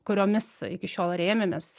kuriomis iki šiol rėmėmės